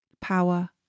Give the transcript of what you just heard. power